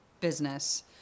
business